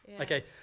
okay